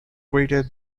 greater